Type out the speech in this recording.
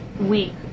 week